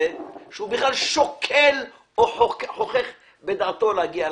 שהוא בכלל שוקל או חוכך בדעתו שלא לשלם.